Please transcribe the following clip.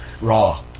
raw